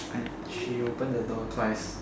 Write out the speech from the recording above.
right she open the door twice